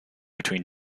between